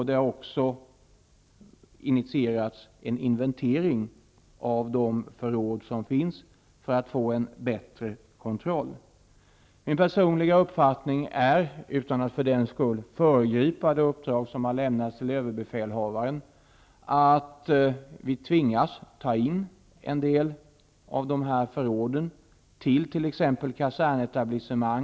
Det har också initierats en inventering av de förråd som finns för att man skall få en bättre kontroll. Min personliga uppfattning är -- utan att för den skull föregripa det uppdrag som har lämnats till överbefälhavaren -- att vi tvingas ta in en del av de här förråden exempelvis till kasernetablissemang.